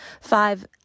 five